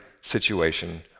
situation